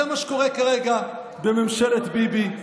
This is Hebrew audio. זה מה שקורה כרגע בממשלת ביבי,